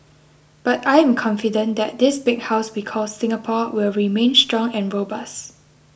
but I am confident that this big house we call Singapore will remain strong and robust